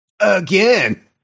again